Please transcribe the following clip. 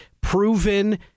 proven